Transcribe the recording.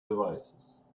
devices